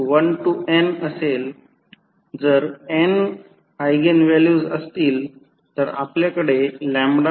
जर n eigenvalue असतील तर आपल्याकडे 12